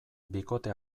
bikote